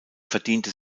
verdiente